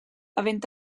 havent